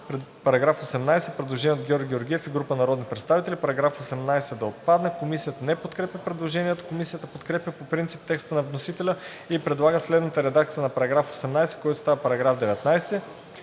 става § 18. Предложение от Георги Георгиев и група народни представители –§ 18 да отпадне. Комисията не подкрепя предложението. Комисията подкрепя по принцип текста на вносителя и предлага следната редакция на § 18, който става § 19: „§ 19.